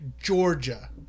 Georgia